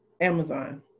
Amazon